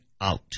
out